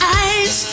eyes